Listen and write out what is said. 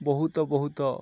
ବହୁତ ବହୁତ